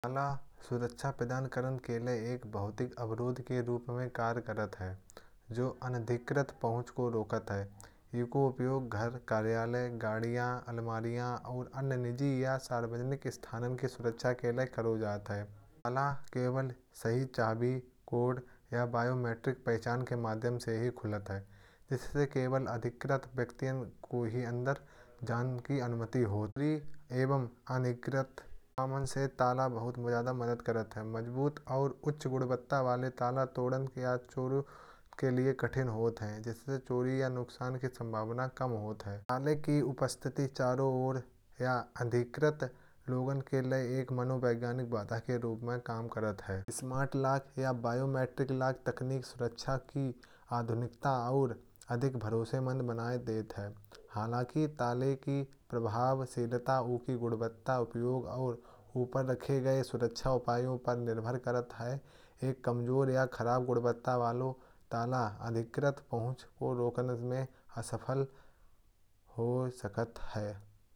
ताला सुरक्षा प्रदान के लिए एक भौतिक अवरोध के रूप में कार्यरत है। जो अनाधिकृत पहुँच को रोकता है। इसका उपयोग घर, कार्यालय, गाड़ियाँ, अलमारियाँ। और अन्य निजी या सार्वजनिक स्थानों की सुरक्षा के लिए किया जाता है। ताला केवल सही चाबी कोड या बायोमेट्रिक पहचान के माध्यम से ही खुलता है। इससे केवल अधिकृत व्यक्तियों को ही अंदर जाने की अनुमति मिलती है। और अनावश्यक सामान की सुरक्षा में ताला बहुत ज़्यादा मदद करता है। मजबूत और उच्च गुणवत्ता वाले ताला तोड़ने या चोरों के लिए कठिन होता है। जिससे चोरी या नुकसान की संभावना कम होती है। हाल की उपस्थिति चारों ओर या अधिकृत लोगों के लिए एक मनोविज्ञानिक बाधा के रूप में काम करती है। स्मार्ट लॉक या बायोमेट्रिक लॉक तकनीक सुरक्षा की आधुनिकता। और अधिक भरोसेमंद बनाती है। हालांकि तालों की प्रभावशीलता उनकी गुणवत्ता। उपयोग और ऊपर रखे गए सुरक्षा उपायों पर निर्भर करती है। एक कमजोर या खराब गुणवत्ता वाला ताला अधिकृत पहुँच को रोकने में असफल हो सकता है।